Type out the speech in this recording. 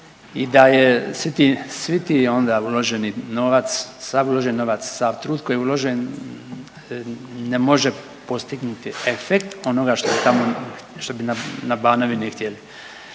i da je svi ti onda uloženi novac, sav uloženi novac, sav trud koji je uložen ne može postignuti efekt onoga što bi na Banovini htjeli.